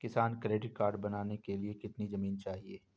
किसान credit card बनाने के लिए कितनी जमीन चाहिए?